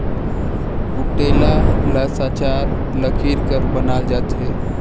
कुटेला ल साचर लकरी कर बनाल जाथे